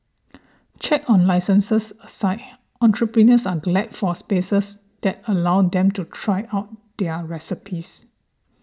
checks on licences aside entrepreneurs are glad for spaces that allow them to try out their recipes